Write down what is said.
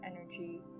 energy